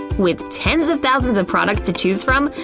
with tens of thousands of products to choose from,